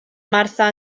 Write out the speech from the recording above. martha